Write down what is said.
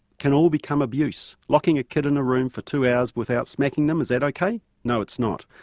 can all become abuse. locking a kid in a room for two hours without smacking them, is that ok? no, it's not.